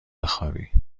بخوابی